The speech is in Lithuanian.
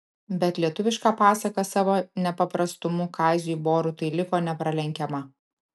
bet lietuviška pasaka savo nepaprastumu kaziui borutai liko nepralenkiama